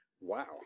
Wow